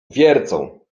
wiercą